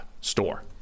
store